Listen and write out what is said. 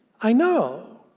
i know!